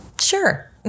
Sure